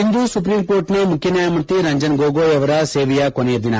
ಇಂದು supreme ಕೋರ್ಟ್ನ ಮುಖ್ಯನ್ಯಾಯಮೂರ್ತಿ ರಂಜನ್ ಗೊಗೊಯ್ ಅವರ ಸೇವೆಯ ಕೊನೆಯ ದಿನ